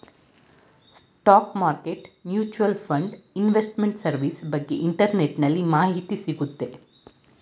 stock market mutual fund investment service ಬಗ್ಗೆ ಇಂಟರ್ನೆಟ್ಟಲ್ಲಿ ಮಾಹಿತಿ ಸಿಗುತ್ತೆ